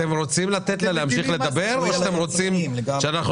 אתם רוצים לתת לה להמשיך לדבר או שאתם רוצים שאנחנו